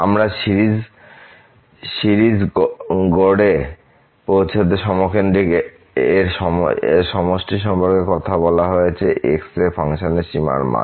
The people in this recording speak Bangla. আমরা সিরিজ গড়ে পৌঁছাতে সমকেন্দ্রি এর সমষ্টি সম্পর্কে কথা বলা হয়েছে x এ ফাংশনের সীমার মান